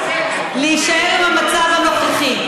להישאר במצב הנוכחי,